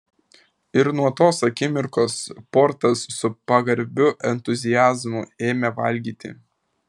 ir nuo tos akimirkos portas su pagarbiu entuziazmu ėmė valgyti